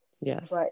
yes